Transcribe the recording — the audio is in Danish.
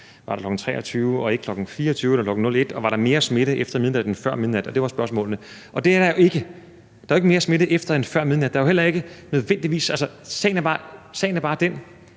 være kl. 23 og ikke kl. 24 eller kl. 1, og om der var mere smitte efter midnat end før midnat. Det var spørgsmålene. Og det er der jo ikke; der er jo ikke mere smitte efter end før midnat. Sagen er bare den,